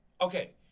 okay